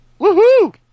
Woohoo